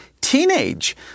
teenage